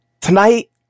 Tonight